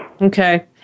Okay